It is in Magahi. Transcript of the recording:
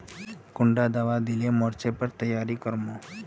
कुंडा दाबा दिले मोर्चे पर तैयारी कर मो?